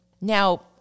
Now